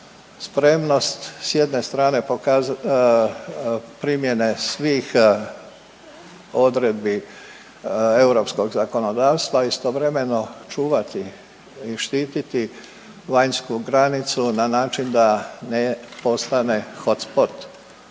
spremnost, s jedne strane primjene svih odredbi europskog zakonodavstva, a istovremeno čuvati i štititi vanjsku granicu na način da ne postane hotspot